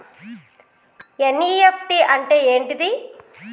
NEFT అంటే ఏంటిది?